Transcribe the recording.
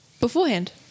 beforehand